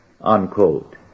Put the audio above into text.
Unquote